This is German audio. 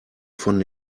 von